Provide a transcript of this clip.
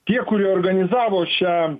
tie kurie organizavo šią